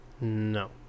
No